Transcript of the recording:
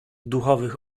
duchowych